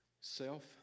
self